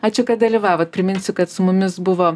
ačiū kad dalyvavot priminsiu kad su mumis buvo